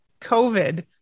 COVID